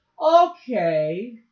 okay